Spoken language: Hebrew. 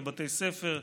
בבתי ספר,